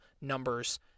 numbers